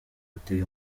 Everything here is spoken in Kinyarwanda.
gutega